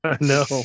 No